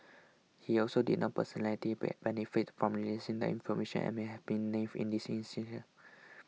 he also did not personally benefit from releasing the information and may have been naive in this